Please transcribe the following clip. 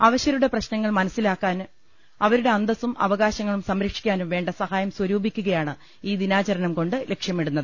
അവശരുടെ പ്രശ്നങ്ങൾ മനസ്സിലാക്കാനും അവരുടെ അന്തസ്സും അവകാശങ്ങളും സംരക്ഷിക്കാനും വേണ്ട സൃഹായം സ്വരൂപിക്കുകയാണ് ഈ ദിനാചരണം കൊണ്ട് ലക്ഷ്യമിടുന്നത്